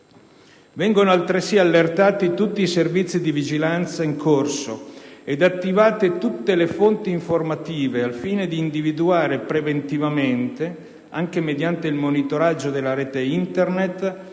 Vengono inoltre allertati tutti i servizi di vigilanza in corso ed attivate tutte le fonti informative al fine di individuare preventivamente, anche mediante il monitoraggio della rete Internet,